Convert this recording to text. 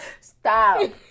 Stop